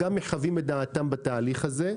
מחווים את דעתם בתהליך הזה.